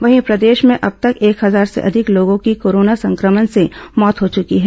वहीं प्रदेश में अब तक एक हजार से अधिक लोगों की कोरोना संक्रमण से मौत हो चुकी है